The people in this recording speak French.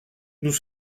nous